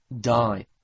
die